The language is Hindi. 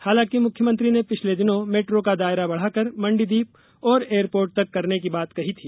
हालांकि मुख्यमंत्री ने पिछले दिनों मैट्रो का दायरा बढाकर मण्डीदीप और एयरपोर्ट तक करने की बात कही थी